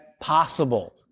possible